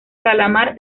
calamar